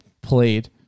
played